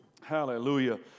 Hallelujah